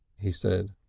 he said.